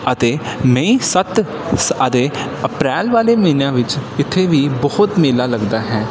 ਅਤੇ ਮਈ ਸੱਤ ਸ ਅਤੇ ਅਪ੍ਰੈਲ ਵਾਲੇ ਮਹੀਨਿਆਂ ਵਿੱਚ ਇੱਥੇ ਵੀ ਬਹੁਤ ਮੇਲਾ ਲੱਗਦਾ ਹੈ